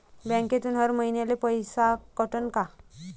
बँकेतून हर महिन्याले पैसा कटन का?